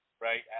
right